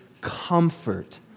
comfort